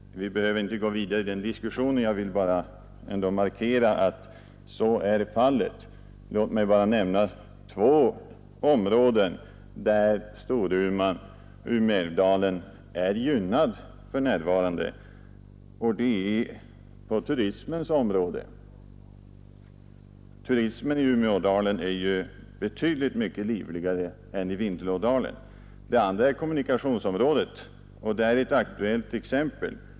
Vi behöver inte gå vidare i diskussionen. Jag vill bara markera att så är fallet. Låt mig nämna två områden där Umeälvdalen är gynnad för närvarande. Det ena är i fråga om turismen. Turismen i Umeådalen är betydligt livligare än i Vindelådalen. Det andra är kommunikationsområdet. Där finns ett aktuellt exempel.